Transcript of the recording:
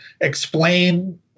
explain